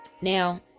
Now